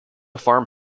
farm